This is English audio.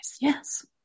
Yes